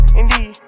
indeed